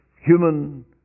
human